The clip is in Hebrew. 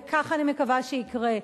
וכך אני מקווה שיקרה.